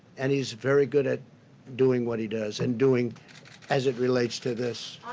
and he's very good at doing what he does and doing as it relates to this.